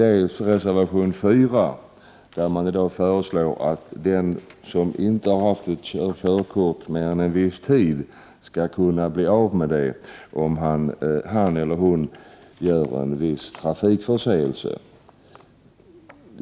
I reservation 4 föreslår man att den som inte har haft ett körkort mer än en viss tid skall kunna bli av med det om han eller hon gör sig skyldig till en viss trafikförseelse.